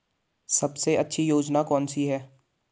सबसे अच्छी योजना कोनसी है?